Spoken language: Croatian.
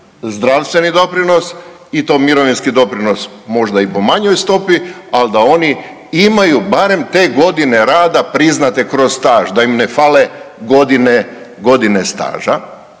zdravstveni doprinos i to mirovinski doprinos možda i po manjoj stopi, ali da oni imaju barem te godine rada priznate kroz staž da im ne fale godine,